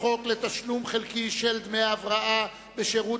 חוק לתשלום חלקי של דמי הבראה בשירות